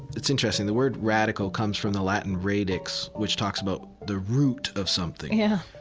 it's interesting. the word radical comes from the latin radix, which talks about the root of something yeah,